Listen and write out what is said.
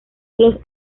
los